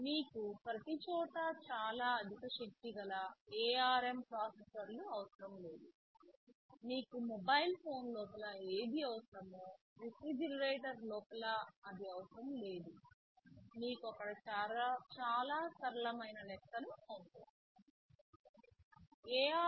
మీకు ప్రతిచోటా చాలా అధిక శక్తి గల ARM ప్రాసెసర్లు అవసరం లేదు మీకు మొబైల్ ఫోన్ లోపల ఏది అవసరమో రిఫ్రిజిరేటర్ లోపల అది అవసరం లేదు మీకు అక్కడ చాలా సరళమైన లెక్కలు అవసరం